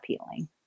appealing